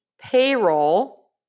payroll